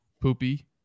Poopy